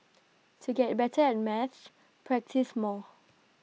to get better at maths practise more